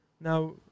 Now